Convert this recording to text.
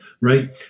right